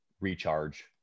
recharge